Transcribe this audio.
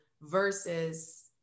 versus